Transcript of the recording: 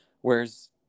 Whereas